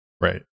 Right